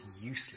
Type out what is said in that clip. useless